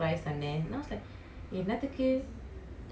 நீதான் சொன்னியே உன்:neethaan sonniye un spicy tolerance